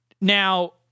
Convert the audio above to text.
Now